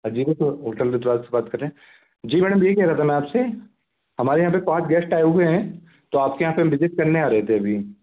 Ajit hotel resort से बात कर रहे हैं जी मैडम यही कह रहा था मैं आपसे हमारे यहाँ पे पाँच गेस्ट आए हुए हैं तो आपके यहाँ पे हम विज़िट करने आ रहे थे अभी